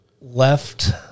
left